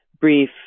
brief